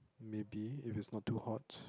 maybe if it's not too hot